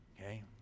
Okay